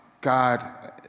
God